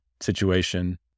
situation